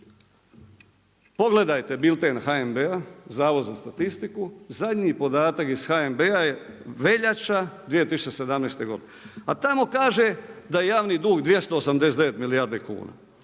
Pogledajte bilten HNB-a, Zavod za statistiku zadnji podatak iz HNB-a je veljača 2017. godine, a tamo kaže da je javni dug 289 milijardi kuna.